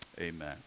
amen